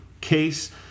case